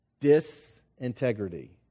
Disintegrity